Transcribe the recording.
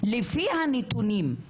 לפי הנתונים גם